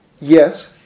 yes